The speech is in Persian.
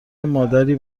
مادری